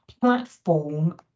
platform